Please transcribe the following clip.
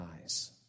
eyes